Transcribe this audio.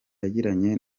yagiranye